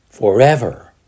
forever